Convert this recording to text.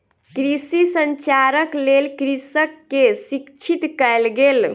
कृषि संचारक लेल कृषक के शिक्षित कयल गेल